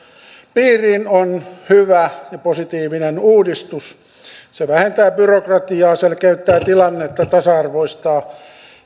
piiriin on hyvä ja positiivinen uudistus se vähentää byrokratiaa selkeyttää tilannetta tasa arvoistaa